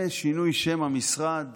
ושינוי שם המשרד